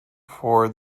for